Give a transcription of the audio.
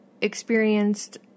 experienced